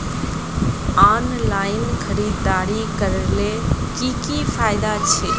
Online खरीदारी करले की की फायदा छे?